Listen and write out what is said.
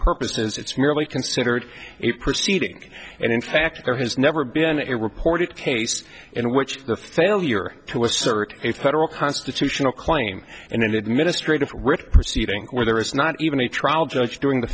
purposes it's merely considered a proceeding and in fact there has never been a reported case in which the failure to assert a federal constitutional claim in an administrative proceeding where there is not even a trial judge during the